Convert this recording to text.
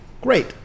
great